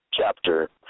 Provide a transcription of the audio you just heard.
chapter